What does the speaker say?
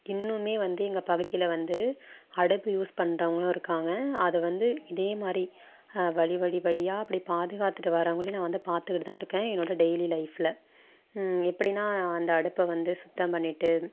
இன்னுமே வந்து எங்கள் பகுதியில் வந்து அடுப்பு யூஸ் பண்ணுறவங்களும் இருக்காங்க அது வந்து இதேமாதிரி வழி வழி வழியாக அப்படி பாதுகாத்துட்டு வர்றவங்களையும் நான் வந்து பார்த்துக்கிட்டு தான் இருக்கேன் என்னோடய டெய்லி லைஃபில் எப்படின்னா அந்த அடுப்பை வந்து சுத்தம் பண்ணிவிட்டு